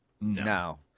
No